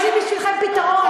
יש לי בשבילכם פתרון,